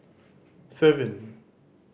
seven